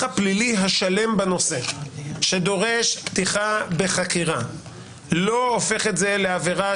הפלילי השלם בנושא שדורש פתיחה בחקירה לא הופך את זה לעבירה